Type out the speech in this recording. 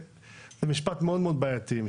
זה משפט בעייתי מאוד.